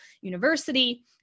university